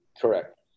Correct